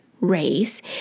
race